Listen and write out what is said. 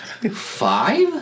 Five